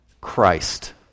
Christ